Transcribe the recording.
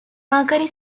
mercury